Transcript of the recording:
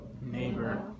neighbor